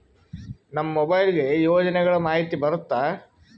ನಮ್ ಮೊಬೈಲ್ ಗೆ ಯೋಜನೆ ಗಳಮಾಹಿತಿ ಬರುತ್ತ?